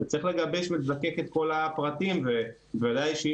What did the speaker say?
צריך לגבש ולזקק את כל הפרטים וודאי שאי